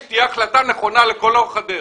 שתהיה החלטה נכונה לכל אורך הדרך.